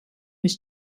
was